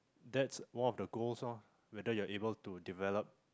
that's one of the goals lor whether you're able to develop